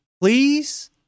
please